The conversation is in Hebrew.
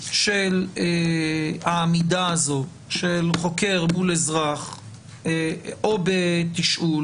של העמידה הזו של חוקר מול אזרח או בתשאול